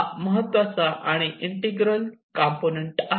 हा महत्त्वाचा आणि इंटिग्रल कंपोनेंट आहे